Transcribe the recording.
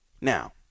Now